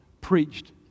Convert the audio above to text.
preached